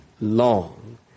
long